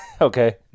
Okay